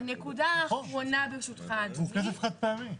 הנקודה האחרונה ברשותך אדוני.